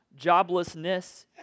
joblessness